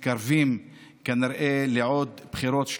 אנחנו כנראה מתקרבים לעוד בחירות,